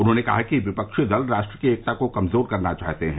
उन्होंने कहा कि विपक्षी दल राष्ट्र की एकता को कमजोर करना चाहते हैं